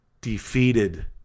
defeated